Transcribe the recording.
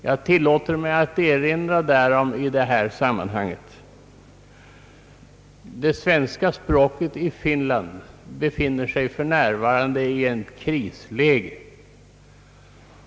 Jag tillåter mig att erinra därom i detta sammanhang. Det svenska språket i Finland befinner sig för närvarande i ett krisläge.